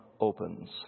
opens